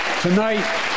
tonight